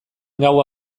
gaua